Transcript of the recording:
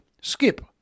Skip